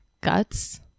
guts